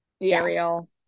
Ariel